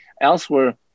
elsewhere